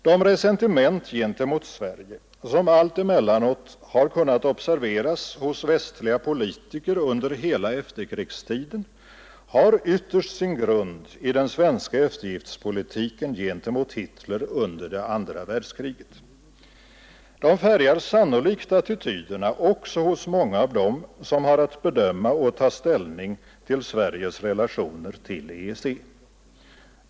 De ressentiment gentemot Sverige som alltemellanåt har kunnat observeras hos västliga politiker under hela efterkrigsstiden har ytterst sin grund i den svenska eftergiftspolitiken gentemot Hitler under det andra världskriget. De färgar sannolikt attityderna också hos många av dem som har att bedöma och ta ställning till Sveriges relationer till EEC.